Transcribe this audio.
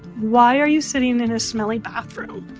why are you sitting in a smelly bathroom?